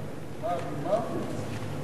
תקצוב שידורי רשת מורשת),